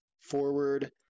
forward